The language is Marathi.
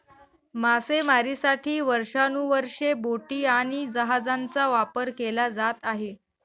मासेमारीसाठी वर्षानुवर्षे बोटी आणि जहाजांचा वापर केला जात आहे